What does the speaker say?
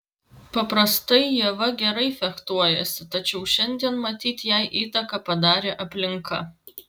paprastai ieva gerai fechtuojasi tačiau šiandien matyt jai įtaką padarė aplinka